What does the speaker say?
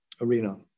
arena